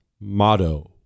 motto